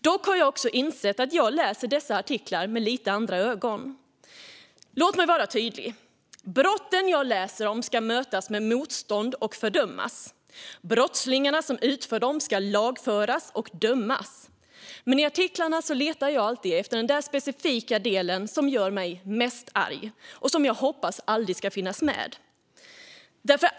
Dock har jag också insett att jag läser dessa artiklar med lite andra ögon. Låt mig vara tydlig: Brotten jag läser om ska mötas med motstånd och fördömas. Brottslingarna som begår dem ska lagföras och dömas. Men i artiklarna letar jag alltid efter den där specifika delen som gör mig mest arg och som jag alltid hoppas inte ska finnas med.